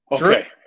Okay